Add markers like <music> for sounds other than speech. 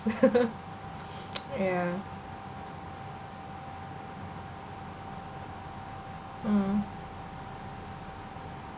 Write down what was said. <laughs> <noise> yeah mm